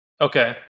Okay